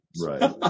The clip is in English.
Right